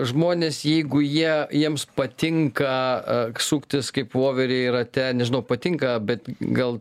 žmonės jeigu jie jiems patinka suktis kaip voverei rate nežinau patinka bet gal